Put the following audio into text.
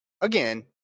Again